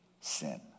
sin